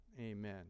Amen